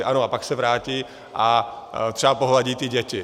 Ano a pak se vrátí a třeba pohladí ty děti.